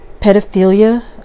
pedophilia